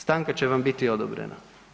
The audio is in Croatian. Stanka će vam biti odobrena.